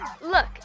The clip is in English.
Look